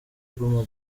guma